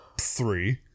three